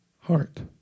heart